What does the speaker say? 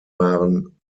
waren